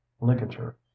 ligature